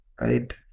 right